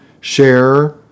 share